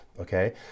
Okay